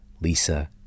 Lisa